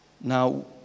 Now